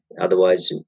Otherwise